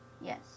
Yes